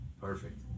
Perfect